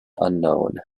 unknown